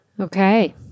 Okay